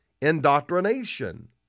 indoctrination